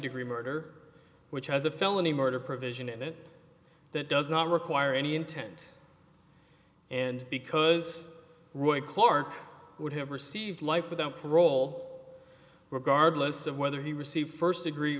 degree murder which has a felony murder provision in it that does not require any intent and because roy clark would have received life without parole regardless of whether he received first degree